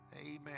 Amen